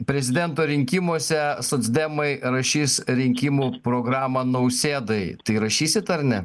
prezidento rinkimuose socdemai rašys rinkimų programą nausėdai tai rašysit ar ne